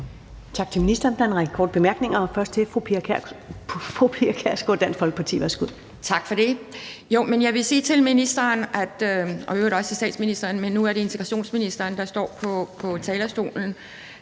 Tak til ministeren.